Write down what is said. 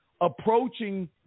approaching